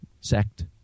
sect